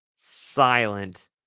silent